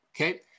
Okay